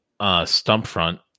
Stumpfront